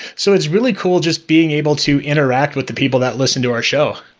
so it's really cool just being able to interact with the people that listen to our show.